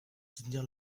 soutenir